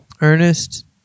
Ernest